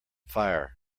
fire